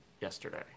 yesterday